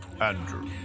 Andrew